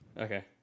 Okay